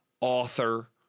author